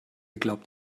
glaubt